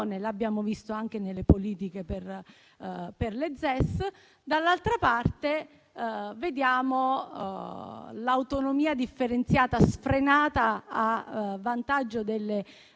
la coesione e anche nelle politiche per le ZES; dall'altra parte, vediamo l'autonomia differenziata sfrenata a vantaggio delle